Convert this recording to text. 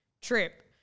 trip